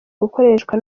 gukoreshwa